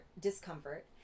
discomfort